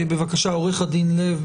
בבקשה, עו"ד לב.